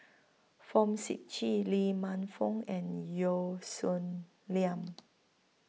Fong Sip Chee Lee Man Fong and Yeo Song Nian